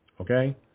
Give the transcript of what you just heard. Okay